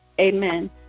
Amen